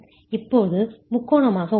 இப்போது முக்கோணமாக உள்ளது